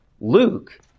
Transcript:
Luke